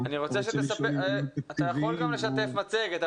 אתה יכול גם לשתף מצגת,